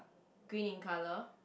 green in colour